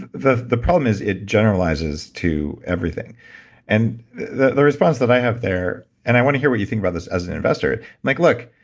the the problem is it generalizes to everything and the the response that i have there, and i want to hear what you think about this as an investor, i'm like look,